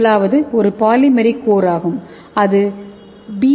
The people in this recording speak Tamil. முதலாவது ஒரு பாலிமெரிக் கோர் ஆகும் இது பி